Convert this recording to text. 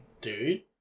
dude